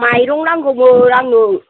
माइरं नांगौमोन आंनो